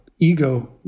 ego